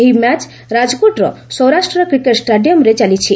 ଏହି ମ୍ୟାଚ୍ ରାଜକୋଟର ସୌରାଷ୍ଟ୍ର କ୍ରିକେଟ୍ ଷ୍ଟାଡିୟମ୍ରେ ଚାଲିଛି